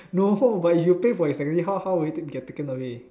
no but if you also pay for his taxi how how will it take get taken away